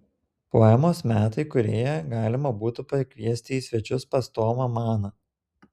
poemos metai kūrėją galima būtų pakviesti į svečius pas tomą maną